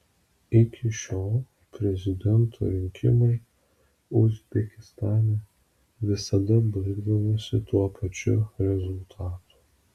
iki šiol prezidento rinkimai uzbekistane visada baigdavosi tuo pačiu rezultatu